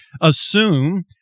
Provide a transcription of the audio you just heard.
assume